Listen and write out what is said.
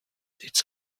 its